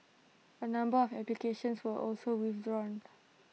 A number of applications were also withdrawned